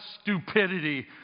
stupidity